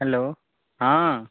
hello हॅं